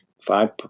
five